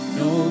no